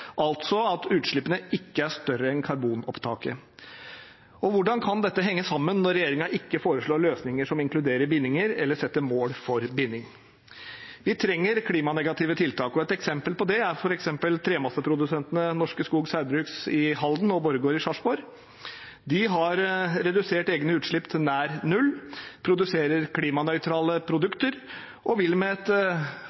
altså at utslippene ikke er større enn karbonopptaket. Hvordan kan dette henge sammen når regjeringen ikke foreslår løsninger som inkluderer bindinger eller setter mål for binding? Vi trenger klimanegative tiltak, og et eksempel på det er tremasseprodusentene Norske Skog Saugbrugs i Halden og Borregaard i Sarpsborg. De har redusert egne utslipp til nær null, produserer klimanøytrale